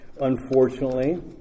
unfortunately